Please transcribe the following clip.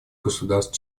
государств